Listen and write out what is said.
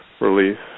release